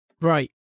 right